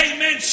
Amen